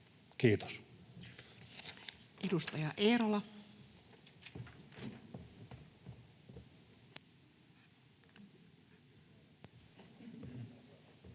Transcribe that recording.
Kiitos. Edustaja Eerola.